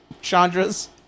Chandra's